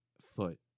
foot